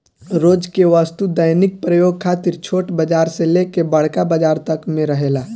रोज के वस्तु दैनिक प्रयोग खातिर छोट बाजार से लेके बड़का बाजार तक में रहेला